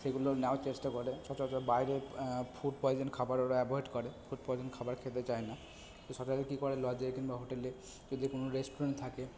সেগুলো নাও চেষ্টা করে সচরাচর বাইরে ফুড পয়জন খাবার ওরা অ্যাভয়েড করে ফুড পয়জন খাবার খেতে চায় না তো সচরাচর কী করে লজে কিংবা হোটেলে যদি কোনো রেস্টুরেন্ট থাকে